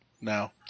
Now